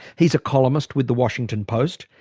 he's a columnist with the washington post.